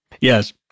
Yes